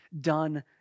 done